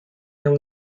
nią